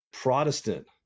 protestant